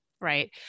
right